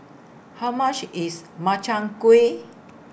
How much IS Makchang Gui